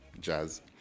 jazz